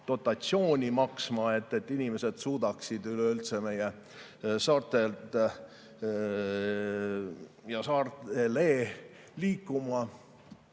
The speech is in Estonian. dotatsiooni maksma, et inimesed suudaksid üleüldse meie saartelt ja saartele liikuda.